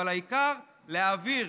אבל העיקר להעביר,